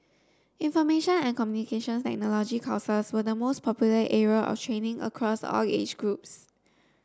information and Communications Technology courses were the most popular area of training across all age groups